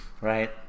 right